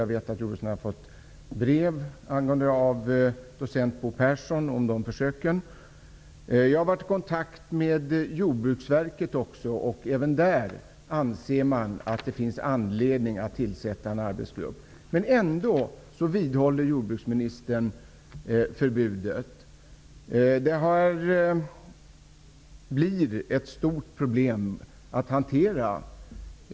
Jag vet att jordbruksministern har fått brev från docent Bo Pehrsson angående dessa försök. Jag har också varit i kontakt med Jordbruksverket. Även där anser man att det finns anledning att tillsätta en arbetsgrupp, men ändå vidhåller jordbruksministern att förbud skall gälla. Detta blir ett stort problem att hantera.